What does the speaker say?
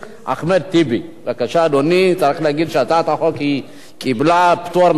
תגיד שזו הצעת החוק הראשונה שלה שעברה.